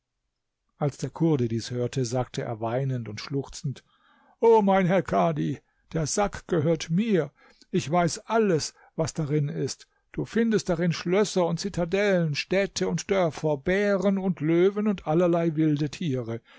als der kurde dies hörte sagte er weinend und schluchzend o mein herr kadhi der sack gehört mir ich weiß alles was darin ist du findest darin schlösser und zitadellen städte und dörfer bären und löwen und allerlei wilde tiere